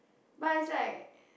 but it's like